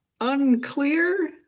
unclear